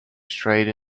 straight